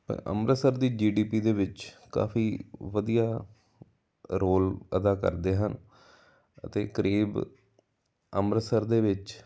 ਅ ਅੰਮ੍ਰਿਤਸਰ ਦੀ G D P ਦੇ ਵਿੱਚ ਕਾਫ਼ੀ ਵਧੀਆ ਰੋਲ ਅਦਾ ਕਰਦੇ ਹਨ ਅਤੇ ਕਰੀਬ ਅੰਮ੍ਰਿਤਸਰ ਦੇ ਵਿੱਚ